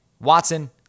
Watson